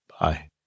bye